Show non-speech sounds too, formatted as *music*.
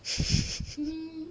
*laughs*